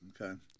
Okay